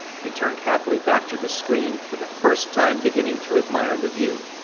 he turned happily back to the screen, for the first time beginning to admire the view.